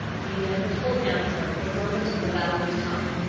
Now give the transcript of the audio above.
the inevitable answer was on the tip of allan's tongue.